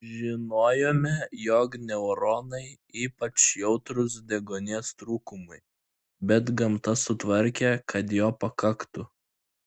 žinojome jog neuronai ypač jautrūs deguonies trūkumui bet gamta sutvarkė kad jo pakaktų